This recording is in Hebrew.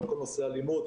על כל נושא האלימות,